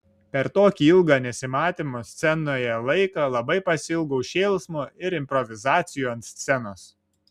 per tokį ilgą nesimatymo scenoje laiką labai pasiilgau šėlsmo ir improvizacijų ant scenos